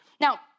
Now